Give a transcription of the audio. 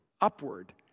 upward